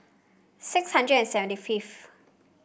six hundred and seventy fifth